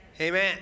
Amen